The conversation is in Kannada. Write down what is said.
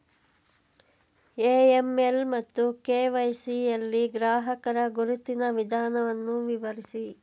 ಎ.ಎಂ.ಎಲ್ ಮತ್ತು ಕೆ.ವೈ.ಸಿ ಯಲ್ಲಿ ಗ್ರಾಹಕರ ಗುರುತಿನ ವಿಧಾನವನ್ನು ವಿವರಿಸಿ?